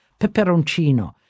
peperoncino